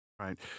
Right